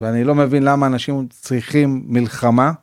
ואני לא מבין למה אנשים צריכים מלחמה.